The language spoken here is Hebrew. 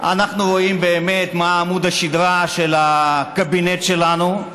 אנחנו רואים באמת מה עמוד השדרה של הקבינט שלנו,